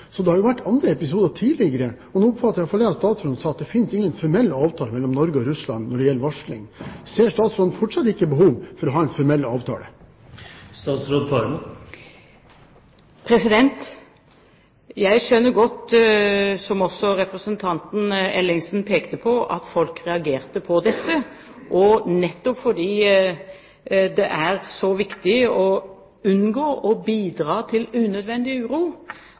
Så det har vært andre episoder tidligere. Nå oppfatter jeg at statsråden sa at det ikke finnes noen formell avtale mellom Norge og Russland når det gjelder varsling. Ser statsråden fortsatt ikke behov for å ha en formell avtale? Jeg skjønner godt, som også representanten Ellingsen pekte på, at folk reagerte på dette. Nettopp fordi det er så viktig å unngå å bidra til unødvendig uro,